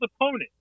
opponent